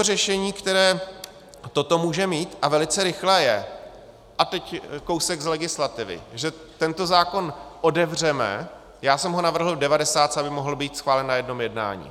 Řešení, které toto může mít, a velice rychle, je a teď kousek z legislativy že tento zákon otevřeme, já jsem ho navrhl v devadesátce, aby mohl být schválen na jednom jednání.